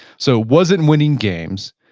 so it wasn't winning games,